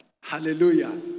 hallelujah